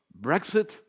Brexit